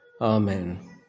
Amen